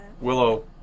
Willow